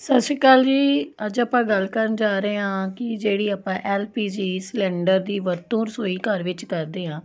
ਸਤਿ ਸ਼੍ਰੀ ਅਕਾਲ ਜੀ ਅੱਜ ਆਪਾਂ ਗੱਲ ਕਰਨ ਜਾ ਰਹੇ ਹਾਂ ਕਿ ਜਿਹੜੀ ਆਪਾਂ ਐੱਲ ਪੀ ਜੀ ਸਿਲੰਡਰ ਦੀ ਵਰਤੋਂ ਰਸੋਈ ਘਰ ਵਿੱਚ ਕਰਦੇ ਹਾਂ